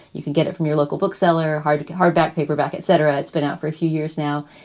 you can get it from your local bookseller, hardy, hardback paperback, etc. it's been out for a few years now,